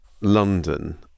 London